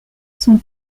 son